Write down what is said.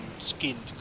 skinned